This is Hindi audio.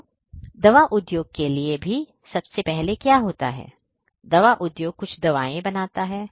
तो दवा उद्योग के लिए भी सबसे पहले क्या होता है दवा उद्योग कुछ दवाएं बनाता है